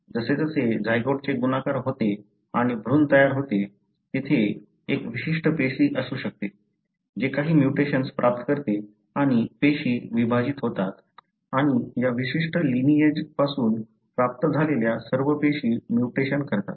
जसजसे झायगोटचे गुणाकार होते आणि भ्रूण तयार होते तेथे एक विशिष्ट पेशी असू शकते जे काही म्युटेशन प्राप्त करते आणि पेशी विभाजित होतात आणि या विशिष्ट लिनिएज पासून प्राप्त झालेल्या सर्व पेशी म्युटेशन करतात